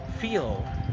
feel